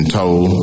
told